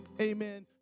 amen